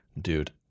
Dude